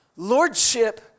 lordship